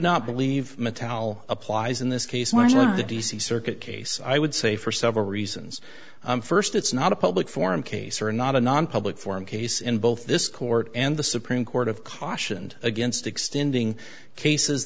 not believe mattel applies in this case much of the d c circuit case i would say for several reasons first it's not a public forum case or not a nonpublic forum case in both this court and the supreme court of cautioned against extending cases